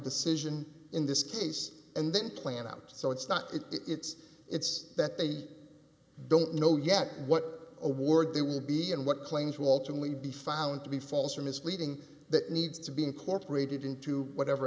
decision in this case and then plan out so it's not it it's it's that they don't know yet what award they will be and what claims will ultimately be found to be false or misleading that needs to be incorporated into whatever